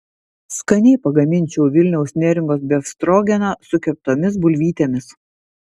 skaniai pagaminčiau vilniaus neringos befstrogeną su keptomis bulvytėmis